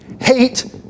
Hate